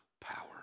power